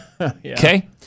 Okay